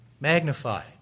magnified